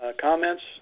Comments